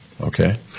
Okay